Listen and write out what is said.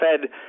Fed